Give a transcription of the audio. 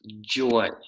joy